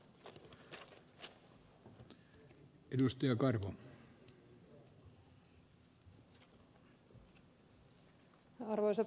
arvoisa puhemies